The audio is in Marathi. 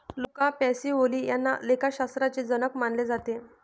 लुका पॅसिओली यांना लेखाशास्त्राचे जनक मानले जाते